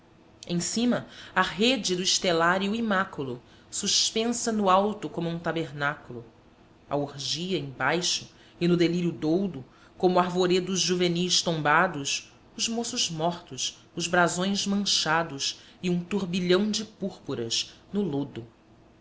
em cima a rede do estelário imáculo suspensa no alto como um tabernáculo a orgia em baixo e no delírio doudo como arvoredos juvenis tombados os moços mortos os brasões manchados e um turbilhão de púrpuras no lodo